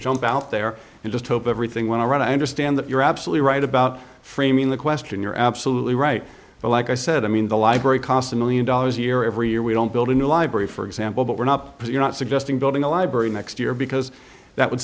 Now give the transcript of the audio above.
jump out there and just hope everything went to right i understand that you're absolutely right about framing the question you're absolutely right but like i said i mean the library cost a million dollars a year every year we don't build a new library for example but we're not because you're not suggesting building a library next year because that would